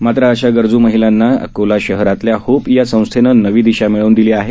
मात्र अशा गरज् महिलांना अकोला शहरातल्या होप संस्थेने नवी दिशा मिळवून दिली आहे